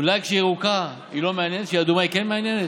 אולי כשהיא ירוקה היא לא מעניינת וכשהיא אדומה היא כן מעניינת?